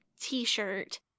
T-shirt